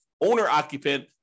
owner-occupant